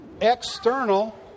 external